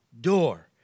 door